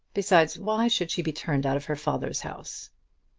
besides, why should she be turned out of her father's house?